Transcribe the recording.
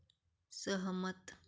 सहमत